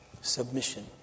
submission